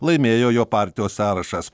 laimėjo jo partijos sąrašas